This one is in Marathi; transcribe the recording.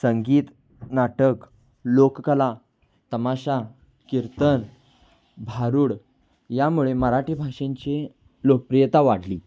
संगीत नाटक लोककला तमाशा कीर्तन भारुड यामुळे मराठी भाषेची लोकप्रियता वाढली